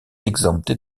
exemptées